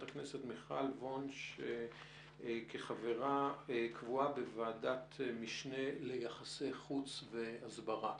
הכנסת מיכל וונש כחברה קבועה בוועדת משנה ליחסי חוץ והסברה.